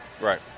Right